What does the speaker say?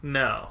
no